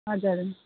हजुर